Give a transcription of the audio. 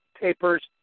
papers